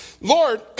Lord